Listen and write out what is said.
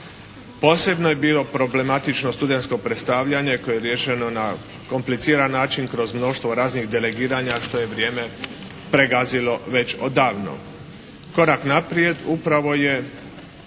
Posebno je bilo problematično studensko predstavljanje koje je riješeno na kompliciran način, kroz mnoštvo raznih delegiranja što je vrijeme pregazilo već odavno. Korak naprijed upravo je